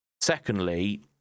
secondly